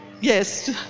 Yes